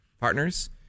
partners